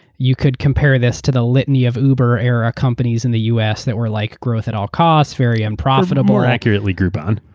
you could compare this to the litany of uber era companies in the us that were like growth at all cost, very unprofitable. more accurately, groupon.